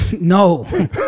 no